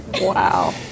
Wow